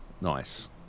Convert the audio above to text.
Nice